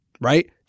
right